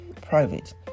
private